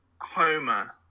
Homer